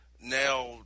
now